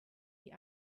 die